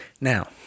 Now